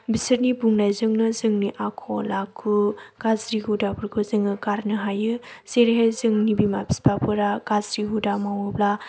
बिसोरनि बुंनाय जोंनो जोंनि आखल आखु गाज्रि हुदाफोरखौ जोङो गारनो हायो जेरैहाय जोंनि बिमा बिफाफोरा गाज्रि हुदा मावोब्ला